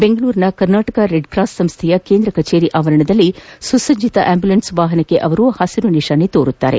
ಬೆಂಗಳೂರಿನ ಕರ್ನಾಟಕ ರೆಡ್ಕ್ರಾಸ್ ಸಂಸ್ಥೆಯ ಕೇಂದ್ರ ಕಚೇರಿ ಆವರಣದಲ್ಲಿ ಸುಸ್ವಿತ ಆಂಬ್ಲುಲೆನ್ ವಾಹನಗಳಿಗೆ ಅವರು ಹಸಿರು ನಿಶಾನೆ ತೋರಲಿದ್ದಾರೆ